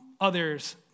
others